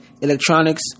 Electronics